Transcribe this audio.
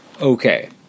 Okay